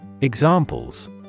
Examples